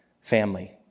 family